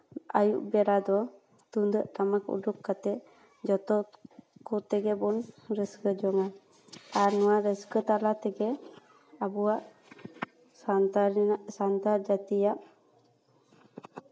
ᱟᱹᱭᱩᱵ ᱵᱮᱲᱟ ᱫᱚ ᱛᱩᱢᱫᱟᱜ ᱴᱟᱢᱟᱠ ᱩᱰᱩᱠ ᱠᱟᱛᱮᱫ ᱡᱚᱛᱚ ᱜᱮᱵᱚᱱ ᱨᱟᱹᱥᱠᱟᱹ ᱡᱚᱝᱟ ᱟᱨ ᱱᱚᱣᱟ ᱨᱟᱹᱥᱠᱟᱹ ᱛᱟᱞᱟ ᱛᱮᱜᱮ ᱟᱵᱚᱣᱟᱜ ᱥᱟᱱᱛᱟᱲ ᱨᱮᱱᱟᱜ ᱥᱟᱱᱛᱟᱲ ᱡᱟᱹᱛᱤᱭᱟᱜ